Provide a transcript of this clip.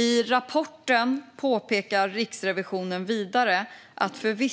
I rapporten påpekar Riksrevisionen vidare att fri